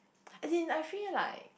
as in I feel like